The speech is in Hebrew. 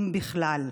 אם בכלל.